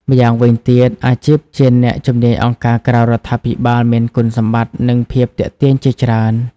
ម៉្យាងវិញទៀតអាជីពជាអ្នកជំនាញអង្គការក្រៅរដ្ឋាភិបាលមានគុណសម្បត្តិ និងភាពទាក់ទាញជាច្រើន។